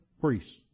priests